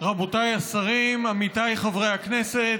רבותיי השרים, עמיתיי חברי הכנסת,